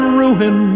ruin